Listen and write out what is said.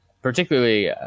Particularly